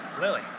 Lily